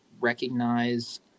recognize